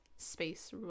space